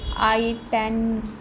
I ten